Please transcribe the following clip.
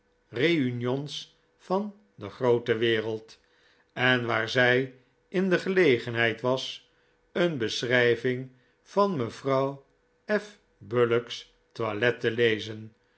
reunions van de groote wereld en waar zij in de gelegenheid was een beschrijving van mevrouw f bullock's toilet te lezen